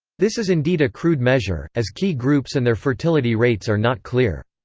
this is indeed a crude measure, as key groups and their fertility rates are not clear.